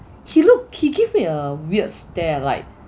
he looked he gave me a weird stare like